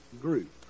group